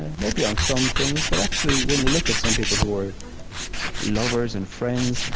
ah maybe on some things, but, actually, when you look at some people who are lovers and friends,